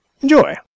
Enjoy